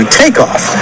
takeoff